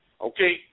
Okay